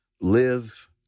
live